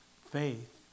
faith